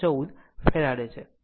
0014 Faraday છે